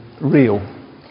real